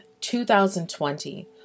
2020